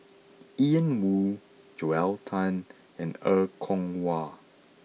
Ian Woo Joel Tan and Er Kwong Wah